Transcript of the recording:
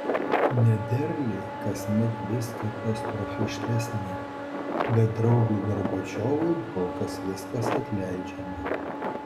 nederliai kasmet vis katastrofiškesni bet draugui gorbačiovui kol kas viskas atleidžiama